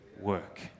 work